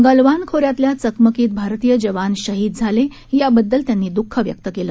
गालवान खोऱ्यातल्या चकमकीत भारतीय जवान शहीद झाले याबद्दल त्यांनी दुःख व्यक्त केलं